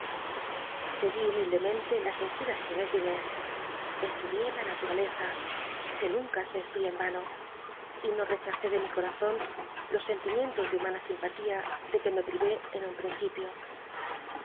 seguí humildemente las inspi raciones de inés estudié la natlh icza que nunca se estudia en yano y no rechacé de mi corazon los scn tinricn tos de humana simpatía de que me priq en un principio